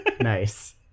nice